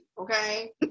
okay